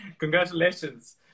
Congratulations